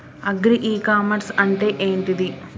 Agri e commerce అంటే ఏంటిది?